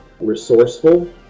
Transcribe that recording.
resourceful